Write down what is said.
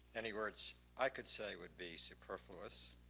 any words i could say would be superfluous.